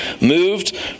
moved